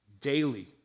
Daily